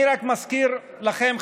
אני רק מזכיר לכם,